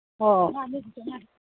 ꯍꯣꯏ